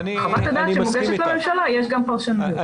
בחוות הדעת שמוגשת לממשלה יש גם פרשנויות.